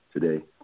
today